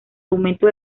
aumento